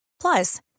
Plus